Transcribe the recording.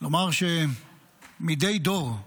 לומר שמדי דור,